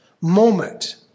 moment